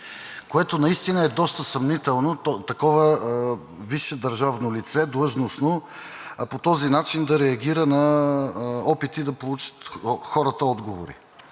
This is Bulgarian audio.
Това наистина е доста съмнително – такова висше държавно длъжностно лице по този начин да реагира на опити да получат хората отговори.